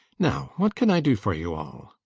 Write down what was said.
now what can i do for you all?